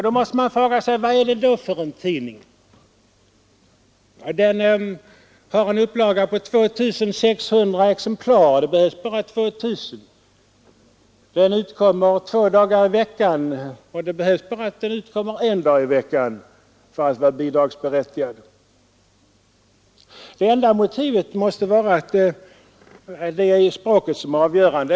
Då måste man fråga sig: Vad är det i så fall för en tidning? Den har en upplaga på 2 600 exemplar. Det behövs bara 2 000 exemplar. Den utkommer två dagar i veckan, och det behövs bara att den utkommer en dag i veckan för att den skall vara bidragsberättigad. Den enda motivet måste vara att det är språket som är avgörande.